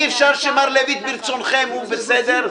אי אפשר שמר לויט ברצונכם הוא בסדר,